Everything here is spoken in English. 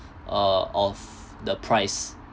uh of the price